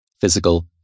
physical